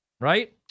Right